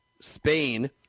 Spain